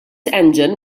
engine